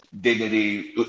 dignity